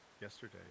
yesterday